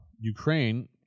Ukraine